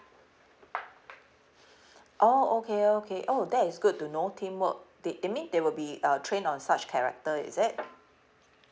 oh okay okay oh that is good to know teamwork that that mean they will be uh trained on such character is it